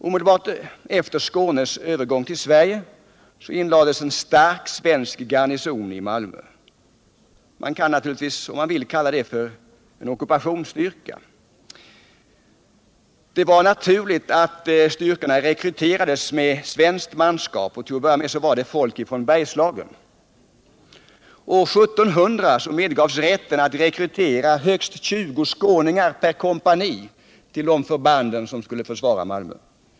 Omedelbart efter Skånes övergång till Sverige anlades en stark svensk garnison i Malmö. Man kan naturligtvis kalla det för en ockupationsstyrka om man så vill. Det var naturligt att styrkorna rekryterades med svenskt manskap, och till att börja med var det folk från Bergslagen. År 1700 medgavs rätten att rekrytera högst 20 skåningar per kompani till de förband som skulle försvara Malmö.